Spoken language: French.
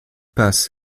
paz